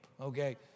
okay